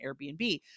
Airbnb